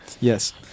Yes